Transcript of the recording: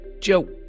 Joe